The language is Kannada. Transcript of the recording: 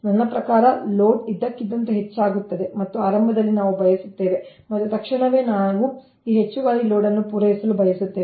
ನನ್ನ ಪ್ರಕಾರ ಲೋಡ್ ಇದ್ದಕ್ಕಿದ್ದಂತೆ ಹೆಚ್ಚಾಗುತ್ತದೆ ಮತ್ತು ಆರಂಭದಲ್ಲಿ ನಾವು ಬಯಸುತ್ತೇವೆ ಮತ್ತು ತಕ್ಷಣವೇ ನಾವು ಈ ಹೆಚ್ಚುವರಿ ಲೋಡ್ ಅನ್ನು ಪೂರೈಸಲು ಬಯಸುತ್ತೇವೆ